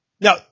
Now